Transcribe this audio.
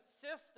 system